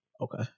Okay